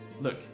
Look